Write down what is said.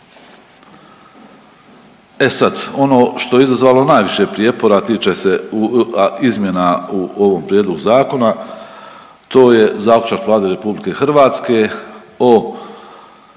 E sad ono što je izazvalo najviše prijepora, a tiče se izmjena u ovom prijedlogu zakona to je zaključak Vlade RH o energetskoj